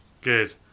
good